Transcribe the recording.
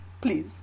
please